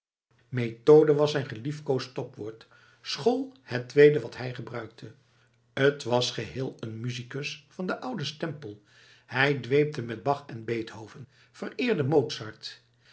methode was zijn geliefkoosd stopwoord school het tweede wat hij gebruikte t was geheel een musicus van den ouden stempel hij dweepte met bach en beethoven vereerde mozart